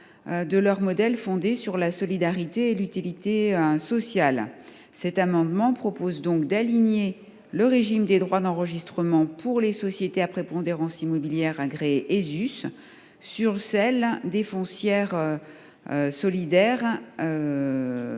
leur modèle est fondé sur la solidarité et l’utilité sociale. Par cet amendement, nous proposons donc d’aligner le régime des droits d’enregistrement pour les sociétés à prépondérance immobilière agréées Esus sur celui des foncières solidaires.